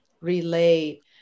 relate